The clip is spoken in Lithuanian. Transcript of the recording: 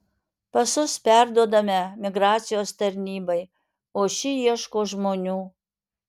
pasus perduodame migracijos tarnybai o ši ieško žmonių